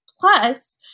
plus